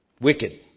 Wicked